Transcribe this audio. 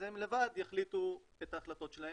אז הם לבד יחליטו את ההחלטות שלהם,